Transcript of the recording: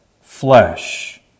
flesh